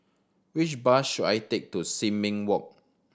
which bus should I take to Sin Ming Walk